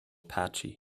patchy